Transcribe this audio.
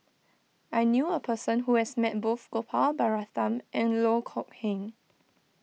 I knew a person who has met both Gopal Baratham and Loh Kok Heng